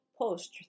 post